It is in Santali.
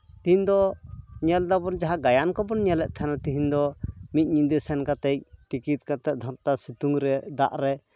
ᱛᱮᱦᱤᱧ ᱫᱚ ᱧᱮᱞ ᱫᱟᱵᱚᱱ ᱡᱟᱦᱟᱸ ᱦᱟᱭᱟᱱ ᱠᱚᱵᱚᱱ ᱧᱮᱞᱮᱫ ᱛᱟᱦᱮᱱ ᱛᱮᱦᱤᱧᱫᱚ ᱢᱤᱫ ᱧᱤᱫᱟᱹ ᱥᱮᱱ ᱠᱟᱛᱮᱫ ᱴᱤᱠᱤᱴ ᱠᱟᱛᱮᱫ ᱥᱤᱛᱩᱝ ᱨᱮ ᱫᱟᱜ ᱨᱮ